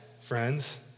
friends